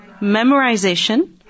memorization